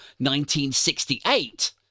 1968